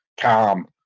calm